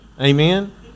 Amen